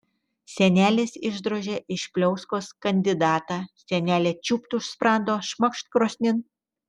senelis išdrožė iš pliauskos kandidatą senelė čiūpt už sprando šmakšt krosnin